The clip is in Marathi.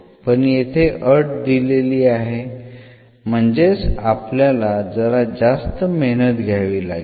पण येथे अट दिलेली आहे म्हणजेच आपल्याला जरा जास्त मेहनत घ्यावी लागेल